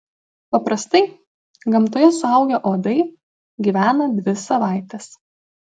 paprastai gamtoje suaugę uodai gyvena dvi savaites